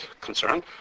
concern